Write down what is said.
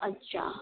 अच्छा